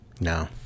No